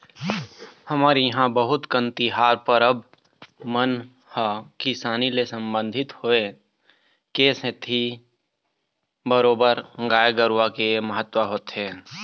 हमर इहाँ बहुत कन तिहार परब मन ह किसानी ले संबंधित होय के सेती बरोबर गाय गरुवा के महत्ता होथे